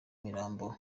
mirambo